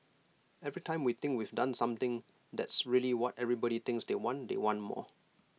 every time we think we've done something that's really what everybody thinks they want they want more